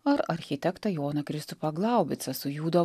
ar architektą joną kristupą glaubicą sujudo